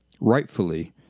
rightfully